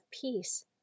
peace